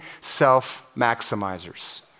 self-maximizers